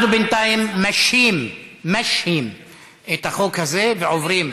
אנחנו בינתיים משהים את החוק הזה ועוברים,